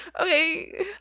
okay